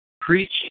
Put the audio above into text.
Preaching